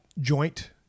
joint